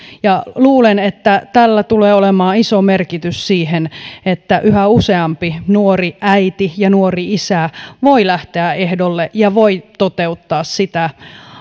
luulen että tällä tulee olemaan iso merkitys sille että yhä useampi nuori äiti ja nuori isä voi lähteä ehdolle ja toteuttaa